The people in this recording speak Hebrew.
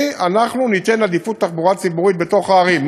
אנחנו ניתן עדיפות לתחבורה ציבורית בתוך הערים.